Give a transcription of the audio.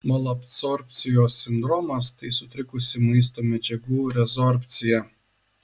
malabsorbcijos sindromas tai sutrikusi maisto medžiagų rezorbcija